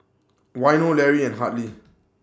Waino Lary and Hartley